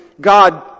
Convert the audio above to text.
God